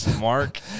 Mark